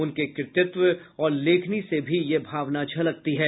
उनके कृतित्व और लेखनी से भी यह भावना झलकती है